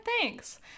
Thanks